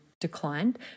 declined